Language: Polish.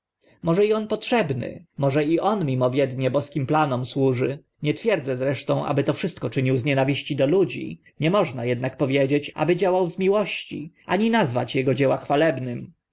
może i on potrzebny może i on mimowiednie boskim planom służy nie twierdzę zresztą aby to wszystko czynił z nienawiści do ludzi nie można ednak powiedzieć aby działał z miłości ani nazwać ego dzieła chwalebnym